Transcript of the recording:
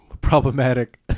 Problematic